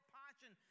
passion